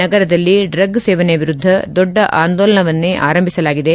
ನಗರದಲ್ಲಿ ಡ್ರಗ್ ಸೇವನೆ ವಿರುದ್ದ ದೊಡ್ಡ ಆಂದೋಲನವನ್ನೆ ಆರಂಭಿಸಲಾಗಿದೆ